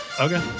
Okay